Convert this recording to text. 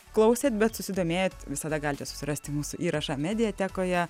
klausėt bet susidomėjot visada galite susirasti mūsų įrašą mediatekoje